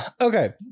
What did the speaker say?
Okay